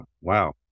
wow